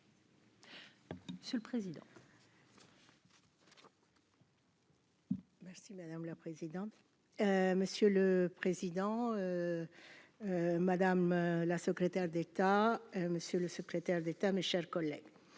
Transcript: Seul président. Merci madame la présidente, monsieur le président, madame la secrétaire d'État, monsieur le secrétaire d'État, mes chers collègues,